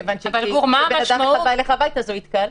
כיוון שכשבן אדם אחד בא אליך הביתה, זו התקהלות.